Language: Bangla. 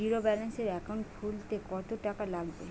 জিরোব্যেলেন্সের একাউন্ট খুলতে কত টাকা লাগবে?